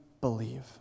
believe